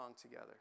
together